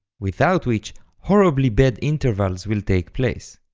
without which horribly bad intervals will take place.